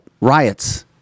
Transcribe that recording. riots